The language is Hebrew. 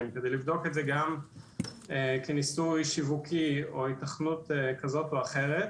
כדי לבדוק את זה גם כניסוי שיווקי או היתכנות כזאת או אחרת.